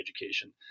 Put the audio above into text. education